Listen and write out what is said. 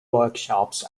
workshops